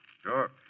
Sure